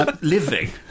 living